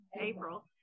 April